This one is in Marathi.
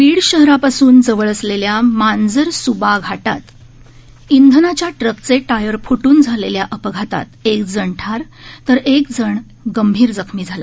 बीड शहरापासून जवळ असलेल्या मांजरसूबा घाटात इंधनाच्या ट्रकचे टायर फुट्रन झालेल्या अपघातात एकजण ठार तर एकजण गंभीर जखमी झाला